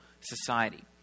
Society